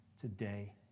today